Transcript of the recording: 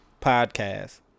podcast